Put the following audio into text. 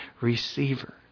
receiver